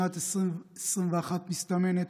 שנת 2021 מסתמנת,